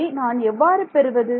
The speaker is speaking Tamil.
இதை நான் எவ்வாறு பெறுவது